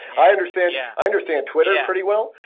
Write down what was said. i understand yeah understand twitter pretty well,